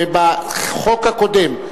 שבחוק הקודם,